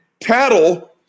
tattle